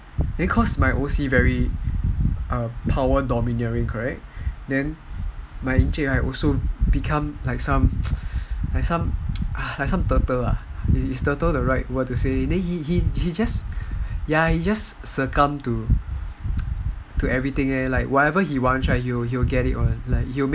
then cause my O_C very power dominant my encik also become like some turtle lah is turtle the right word to say he just succumb to everything leh like whatever he wants he will get it [one]